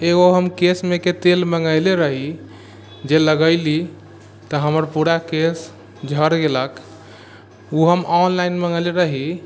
एगो हम केश मेके तेल मँगैले रही जे लगैली तऽ हमर पूरा केश झड़ि गेलक ओ हम ऑनलाइन मँगैले रही